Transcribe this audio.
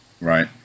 right